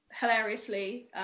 hilariously